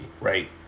right